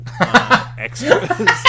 extras